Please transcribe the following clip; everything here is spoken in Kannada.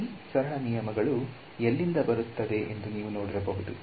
ಈ ಸರಳ ನಿಯಮಗಳು ಎಲ್ಲಿಂದ ಬರುತ್ತವೆ ಎಂದು ನೀವು ನೋಡಿರಬಹುದು